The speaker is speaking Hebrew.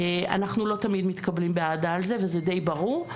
אנחנו לא תמיד מתקבלים באהדה על זה, וזה די ברור.